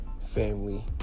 family